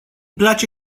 place